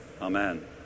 amen